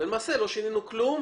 לא באמת שינינו כלום,